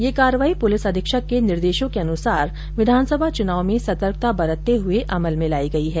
यह कार्रवाई पुलिस अधीक्षक के निर्देशानुसार विधानसभा चुनाव में सतर्कता बरतते हुए अमल में लाई गई है